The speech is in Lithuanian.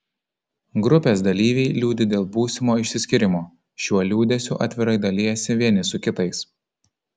grupės dalyviai liūdi dėl būsimo išsiskyrimo šiuo liūdesiu atvirai dalijasi vieni su kitais